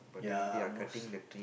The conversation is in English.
ya most